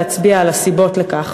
להצביע על הסיבות לכך.